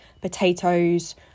potatoes